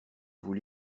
vous